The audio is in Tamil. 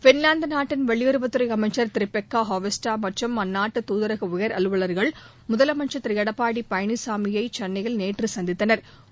பின்லாந்து நாட்டின் வெளியுறவுத் துறை அமைச்சா் திரு பெக்கா ஹாவிஸ்டோ மற்றும் அந்நாட்டு தூதரக உயர் அலுவல்கள் முதலமைச்சா் திரு எடப்பாடி பழனிசாமியை சென்னையில் நேற்று சந்தித்தனா்